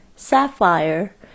Sapphire